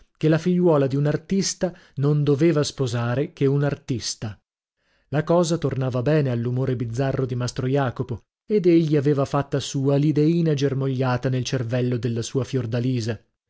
che la figliuola di un artista non doveva sposare che un artista la cosa tornava bene all'umore bizzarro di mastro jacopo ed egli aveva fatta sua l'ideina germogliata nel cervello della sua fiordalisa